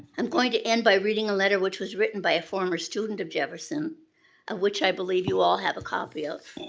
i'm going to end by reading a letter, which was written by a former student of jefferson of which i believe you all have a copy of,